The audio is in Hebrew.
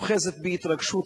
אוחזת בי התרגשות רבה,